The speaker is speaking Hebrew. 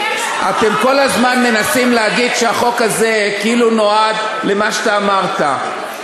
אתם כל הזמן מנסים להגיד שהחוק הזה כאילו נועד למה שאמרת.